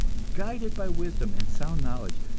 guided by wisdom and sound knowledge,